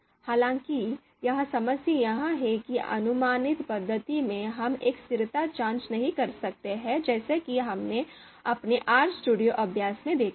हालाँकि यह समस्या है कि लगभग विधि में हम एक स्थिरता जांच नहीं कर सकते हैं जैसा कि हमने अपने RStudio अभ्यास में देखा है